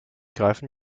greifen